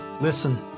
Listen